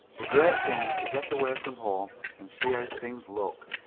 the great thing is to get away from home and see how things look